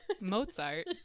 Mozart